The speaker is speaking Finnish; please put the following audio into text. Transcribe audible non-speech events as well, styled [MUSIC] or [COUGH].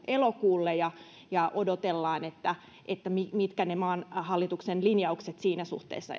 elokuulle ja ja nyt odotellaan mitkä ne maan hallituksen linjaukset esimerkiksi siinä suhteessa [UNINTELLIGIBLE]